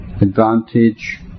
advantage